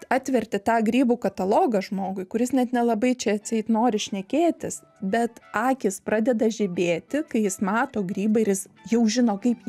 atverti tą grybų katalogą žmogui kuris net nelabai čia atseit nori šnekėtis bet akys pradeda žibėti kai jis mato grybą ir jis jau žino kaip